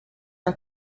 are